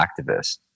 activist